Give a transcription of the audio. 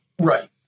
Right